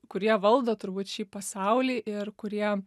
kurie valdo turbūt šį pasaulį ir kurie